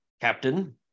Captain